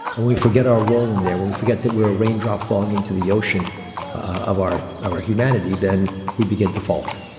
and we forget our role in there and we forget that we're a raindrop falling into the ocean of our our humanity, then we begin to falter.